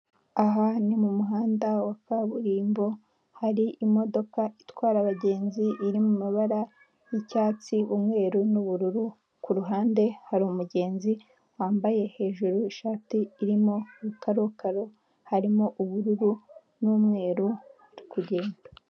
Aha ni muhanda wa kaburimbo, hari imodoka itwara abagenzi iri mu mabara y'icyatsi, umweru n'ubururu. Ku ruhande hari umugenzi wambaye hejuru ishati irimo karokaro harimo ubururu n'umweru uri kugenda.